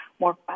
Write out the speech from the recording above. more